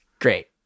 Great